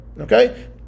okay